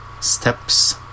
Steps